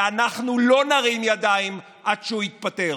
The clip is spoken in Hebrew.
ואנחנו לא נרים ידיים עד שהוא יתפטר.